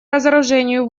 разоружению